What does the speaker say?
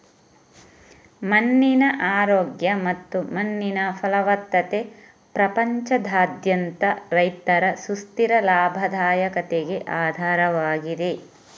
ಮಣ್ಣಿನ ಆರೋಗ್ಯ ಮತ್ತು ಮಣ್ಣಿನ ಫಲವತ್ತತೆ ಪ್ರಪಂಚದಾದ್ಯಂತ ರೈತರ ಸುಸ್ಥಿರ ಲಾಭದಾಯಕತೆಗೆ ಆಧಾರವಾಗಿದೆ